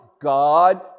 God